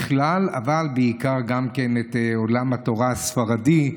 בכלל, אבל בעיקר את עולם התורה הספרדי,